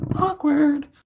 Awkward